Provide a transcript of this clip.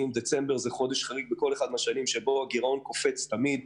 דצמבר זה חודש חריג שבו הגירעון קופץ תמיד,